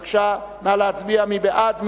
בבקשה, נא להצביע, מי בעד?